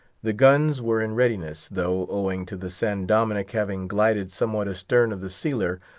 the guns were in readiness, though, owing to the san dominick having glided somewhat astern of the sealer,